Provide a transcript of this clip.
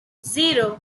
zero